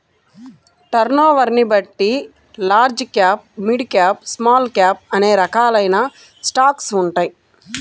టర్నోవర్ని బట్టి large cap, mid cap, small cap అనే రకాలైన స్టాక్స్ ఉంటాయి